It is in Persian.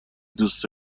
دوست